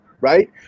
right